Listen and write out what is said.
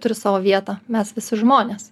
turi savo vietą mes visi žmonės